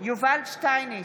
יובל שטייניץ,